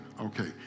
Okay